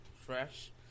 fresh